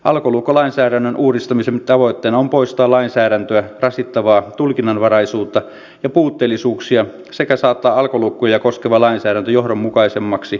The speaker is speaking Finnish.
alkolukkolainsäädännön uudistamisen tavoitteena on poistaa lainsäädäntöä rasittavaa tulkinnanvaraisuutta ja puutteellisuuksia sekä saattaa alkolukkoja koskeva lainsäädäntö johdonmukaisemmaksi kokonaisuudeksi